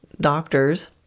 doctors